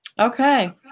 Okay